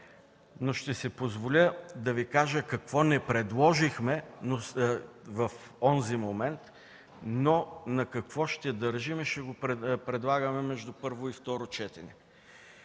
Ще си позволя обаче да Ви кажа какво не предложихме в онзи момент, но на какво ще държим и ще го предлагаме между първо и второ четене.